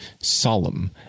solemn